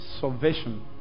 salvation